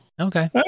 Okay